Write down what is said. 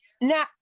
Now